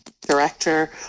director